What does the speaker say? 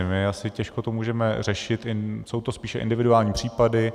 My to asi těžko můžeme řešit, jsou to spíše individuální případy.